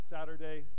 Saturday